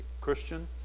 Christian